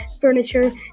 furniture